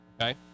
okay